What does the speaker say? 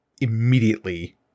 immediately